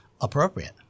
appropriate